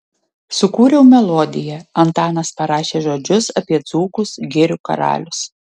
sukūriau melodiją antanas parašė žodžius apie dzūkus girių karalius